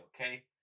okay